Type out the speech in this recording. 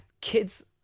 kids